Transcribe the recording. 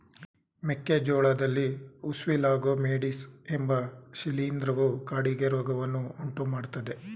ಮೆಕ್ಕೆ ಜೋಳದಲ್ಲಿ Ustilago maydis ಎಂಬ ಶಿಲೀಂಧ್ರವು ಕಾಡಿಗೆ ರೋಗವನ್ನು ಉಂಟುಮಾಡ್ತದೆ